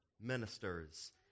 ministers